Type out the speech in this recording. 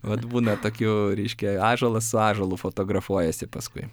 vat būna tokių reiškia ąžuolas su ąžuolu fotografuojasi paskui